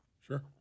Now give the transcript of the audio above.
Sure